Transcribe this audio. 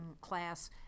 class